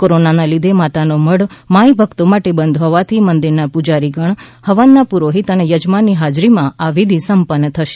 કોરોનાને લીધે માતાનો મઢ માઈ ભક્તો માટે બંધ હોવાથી મંદિરના પૂજારી ગણ હવનના પુરોહિત અને યજમાનની હાજરીમાં આ વિધિ સંપન્ન થશે